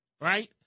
right